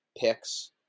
picks